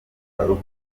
rukomo